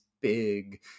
big